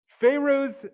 Pharaoh's